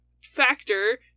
factor